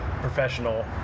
professional